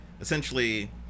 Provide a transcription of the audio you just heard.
essentially